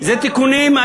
זה תיקונים.